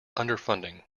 underfunding